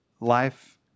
life